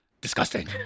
Disgusting